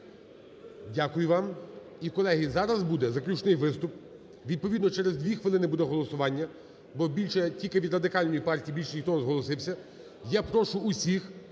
Дякую вам. І, колеги, зараз буде заключний виступ. Відповідно, через дві хвилини буде голосування, бо більше як тільки від Радикальної партії і більше ніхто не зголосився. Я прошу усіх